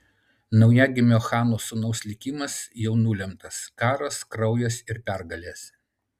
naujagimio chano sūnaus likimas jau nulemtas karas kraujas ir pergalės